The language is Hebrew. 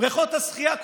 בריכות השחייה,